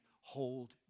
hold